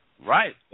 Right